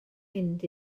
mynd